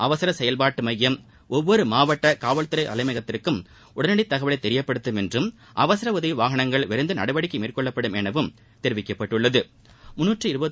அவசர் செயல்பாட்டு மையம் ஒவ்வொரு மாவட்ட காவல் துறை தலைமையகத்திற்கு உடனடி தகவலை தெரியப்படுத்தும் என்றும் அவசர உதவி வாகனங்கள் விரைந்து வந்து நடவடிக்கை மேற்கொள்ளப்படும் எனவும் தெரிவிக்கப்பட்டுள்ளது